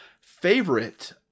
favorite